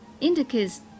indicates